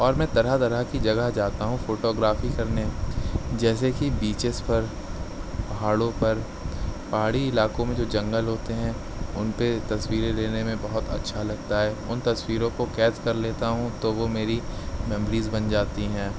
اور میں طرح طرح کی جگہ جاتا ہوں فوٹوگرافی کرنے جیسےکہ بیچز پر پہاڑوں پر پہاڑی علاقوں میں جو جنگل ہوتے ہیں ان پہ تصویریں لینے میں بہت اچھا لگتا ہے ان تصویروں کو قید کر لیتا ہوں تو وہ میری میموریز بن جاتی ہیں